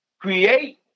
create